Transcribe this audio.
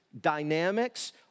dynamics